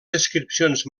descripcions